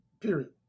period